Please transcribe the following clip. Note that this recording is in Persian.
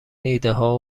ایدهها